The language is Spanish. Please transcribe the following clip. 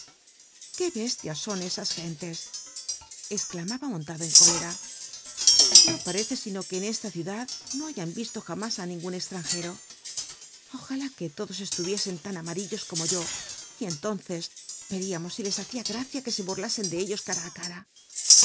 qué bestias son esas gente cclamaha montado en cólera no parece sino que en esta ciudad no hayan yisto jamás á ningun e tmnjcro ojalá c uc todos cstu irscn lan amarillos como yo y cntónccs ycríamos si les hacia gracia que se burlasen de ellos cara á cara